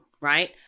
right